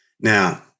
Now